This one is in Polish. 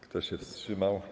Kto się wstrzymał?